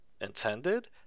intended